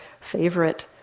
favorite